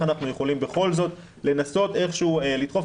אנחנו יכולים בכל זאת לנסות איכשהו לדחוף,